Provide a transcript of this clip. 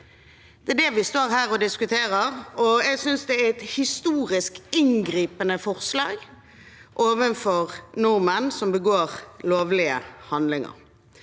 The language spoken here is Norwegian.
Det er det vi står her og diskuterer, og jeg synes det er et historisk inngripende forslag overfor nordmenn som begår lovlige handlinger.